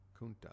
Kunta